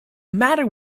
matter